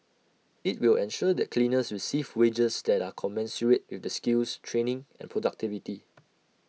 IT will ensure that cleaners receive wages that are commensurate with their skills training and productivity